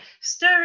stir